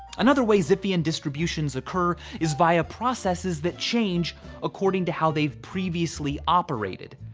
another way zipf-ian distributions occur is via processes that change according to how they've previously operated.